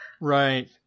Right